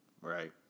Right